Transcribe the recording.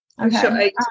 Okay